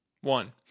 one